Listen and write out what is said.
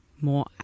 more